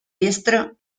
diestro